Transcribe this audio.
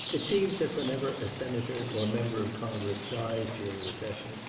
it seems that whenever a senator or member of congress dies during the session,